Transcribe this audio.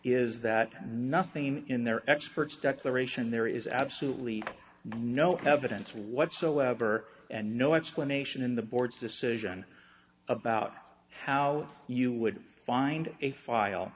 is that nothing in their experts declaration there is absolutely no evidence whatsoever and no explanation in the board's decision about how you would find a file